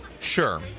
Sure